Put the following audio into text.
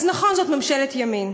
אז נכון, זאת ממשלת ימין.